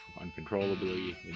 uncontrollably